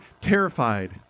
terrified